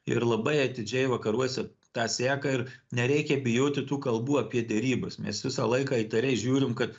ir labai atidžiai vakaruose tą seka ir nereikia bijoti tų kalbų apie derybas mes visą laiką įtariai žiūrim kad